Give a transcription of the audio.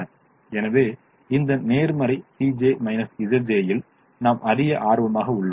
எனவே இந்த நேர்மறை இல் நாம் அறிய ஆர்வமாக உள்ளோம்